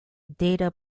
data